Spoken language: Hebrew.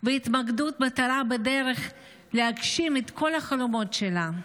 ומיקוד במטרה בדרך להגשים את כל החלומות שלה.